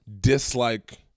dislike